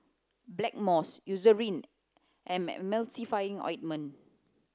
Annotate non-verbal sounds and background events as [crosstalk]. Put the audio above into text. Blackmores Eucerin and Emulsy [unintelligible] ointment